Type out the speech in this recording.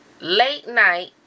late-night